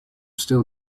still